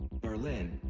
Berlin